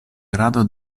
grado